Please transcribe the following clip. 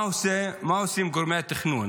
מה עושים גורמי התכנון?